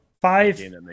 Five